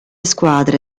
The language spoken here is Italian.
squadre